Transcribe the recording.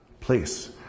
place